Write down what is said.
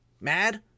mad